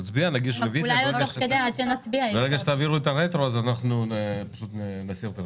ברגע שתעבירו את הרטרו אנחנו נסיר את הרביזיה.